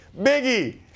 Biggie